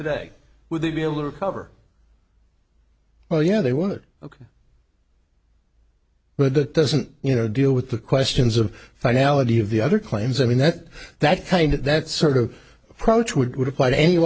today would they be able to recover oh yeah they were ok but that doesn't you know deal with the questions of finality of the other claims i mean that that kind that sort of approach would apply to any